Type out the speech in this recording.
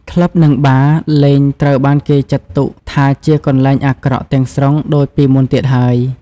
ក្លឹប និងបារ លែងត្រូវបានគេចាត់ទុកថាជាកន្លែងអាក្រក់ទាំងស្រុងដូចពីមុនទៀតហើយ ។